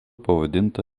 pavadinta